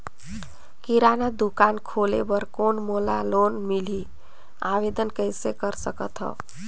किराना दुकान खोले बर कौन मोला लोन मिलही? आवेदन कइसे कर सकथव?